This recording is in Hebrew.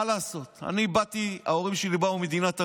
מה לעשות, ההורים שלי באו ממדינת ערב.